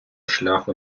шляху